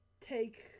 take